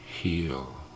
heal